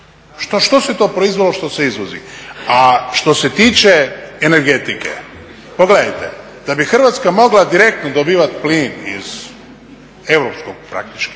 Što se to proizvelo što se izvozi? A što će tiče energetike, pogledajte, da bi Hrvatska mogla direktno dobivati plin iz europskog praktički